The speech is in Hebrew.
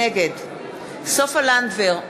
נגד סופה לנדבר,